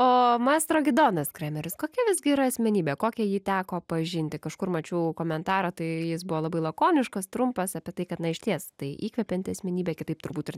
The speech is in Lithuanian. o maestro gidonas kremeris kokia visgi yra asmenybė kokią jį teko pažinti kažkur mačiau komentarą tai jis buvo labai lakoniškas trumpas apie tai kad na išties tai įkvepianti asmenybė kitaip turbūt ir